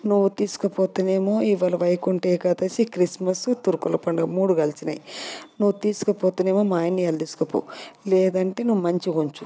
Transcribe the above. నువ్వు తీసుకపోతే నేమో ఇవాళ వైకుంఠ ఏకాదశి క్రిస్మస్ తుర్కోల్ల పండగ మూడు కలిసినాయి నువ్వు తీసుకపోతే నేమో మా ఆయనని ఇవాళ తీసుకుపో లేదంటే నువ్వు మంచిగా ఉంచు